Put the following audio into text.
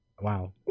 Wow